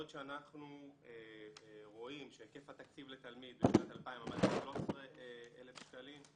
בעוד שאנחנו רואים שהיקף התקציב לתלמיד בשנת 2000 עומד על 13,000 שקלים,